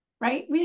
right